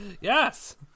yes